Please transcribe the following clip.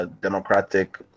Democratic